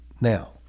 now